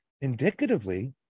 indicatively